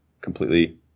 completely